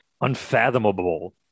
unfathomable